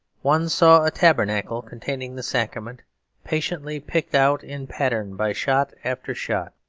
one saw a tabernacle containing the sacrament patiently picked out in pattern by shot after shot.